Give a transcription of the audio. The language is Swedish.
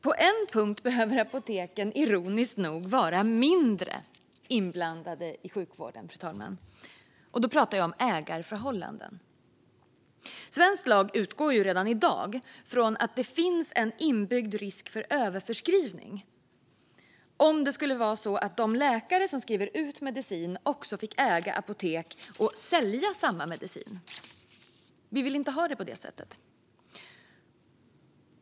På en punkt behöver dock apoteken ironiskt nog vara mindre inblandade i sjukvården. Jag pratar om ägarförhållanden. Svensk lag utgår redan i dag från att det finns en inbyggd risk för överförskrivning om de läkare som skriver ut medicin också skulle få äga apotek och sälja samma medicin. Vi vill inte ha det på det sättet.